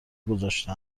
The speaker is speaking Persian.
گذاشته